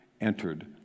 entered